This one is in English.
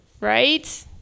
Right